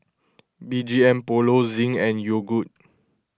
B G M Polo Zinc and Yogood